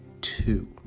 two